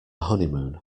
honeymoon